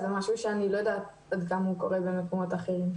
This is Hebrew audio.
זה לא משהו שאני יודעת כמה הוא קורה בבתי ספר אחרים.